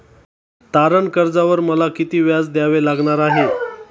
तारण कर्जावर मला किती व्याज द्यावे लागणार आहे?